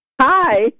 hi